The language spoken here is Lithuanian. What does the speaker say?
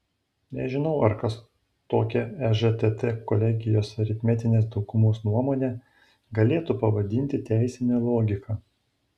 nežinau ar kas tokią ežtt kolegijos aritmetinės daugumos nuomonę galėtų pavadinti teisine logika